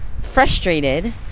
frustrated